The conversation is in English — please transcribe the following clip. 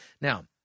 Now